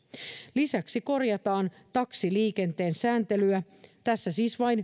lisäksi korjataan taksiliikenteen sääntelyä tässä siis vain